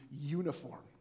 uniform